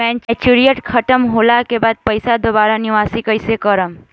Maturity खतम होला के बाद पईसा दोबारा निवेश कइसे करेम?